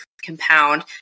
compound